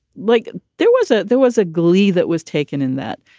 like there was a there was a glee that was taken in that,